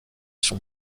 sont